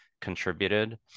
contributed